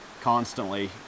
constantly